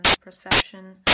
Perception